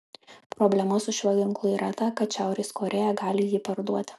problema su šiuo ginklu yra ta kad šiaurės korėja gali jį parduoti